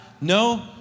no